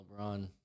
LeBron